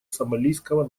сомалийского